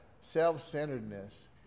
self-centeredness